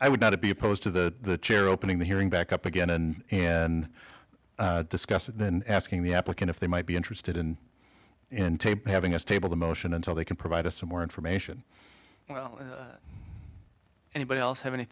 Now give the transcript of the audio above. i would not be opposed to the chair opening the hearing back up again and and disgusted and asking the applicant if they might be interested in in tape having us table the motion until they can provide us some more information well anybody else have any